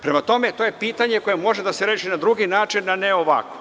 Prema tome, to je pitanje koje može da se reši na drugi način, a ne ovako.